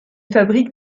fabrique